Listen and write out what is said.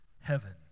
heaven